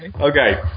Okay